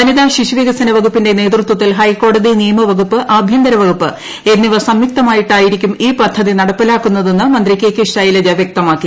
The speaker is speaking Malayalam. വനിത ശിശുവികസന വകുപ്പിന്റെ നേതൃത്വത്തിൽ ഹൈക്കോടതി നിയമ വകുപ്പ് ആഭ്യന്തര വകുപ്പ് എന്നിവ സംയുക്തമായിട്ടായിരിക്കും ഈ പദ്ധതി നടപ്പിലാക്കുന്നതെന്ന് മന്ത്രി കെ കെ ശൈലജ വ്യക്തമാക്കി